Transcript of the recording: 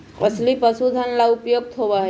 अलसी पशुधन ला उपयुक्त होबा हई